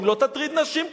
אם לא תטריד נשים כמונו,